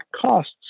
costs